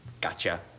gotcha